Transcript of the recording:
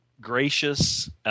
gracious